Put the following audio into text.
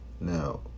Now